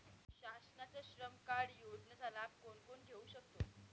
शासनाच्या श्रम कार्ड योजनेचा लाभ कोण कोण घेऊ शकतो?